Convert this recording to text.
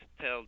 tell